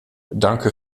danke